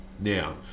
Now